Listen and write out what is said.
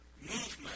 movement